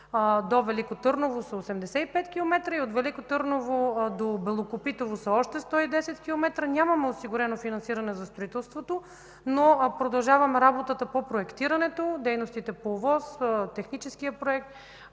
до Велико Търново са 85 км и от Велико Търново до Белокопитово са още 110 км, нямаме осигурено финансиране за строителството, но продължаваме работата по проектирането, дейностите по ОВОС, техническия проект,